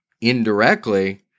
indirectly